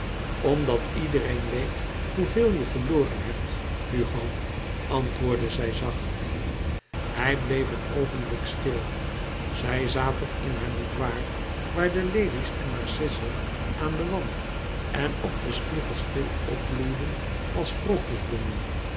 omdat iedereen weet hoeveel je verloren hebt hugo antwoordde zij zacht hij bleef een oogenblik stil zij zaten in haar boudoir waar de lelies en narcissen aan den wand en op den spiegel stil opbloeiden als